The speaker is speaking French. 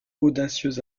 audacieux